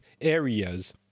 areas